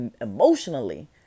emotionally